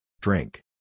Drink